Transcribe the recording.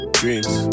dreams